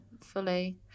fully